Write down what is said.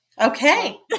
Okay